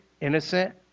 innocent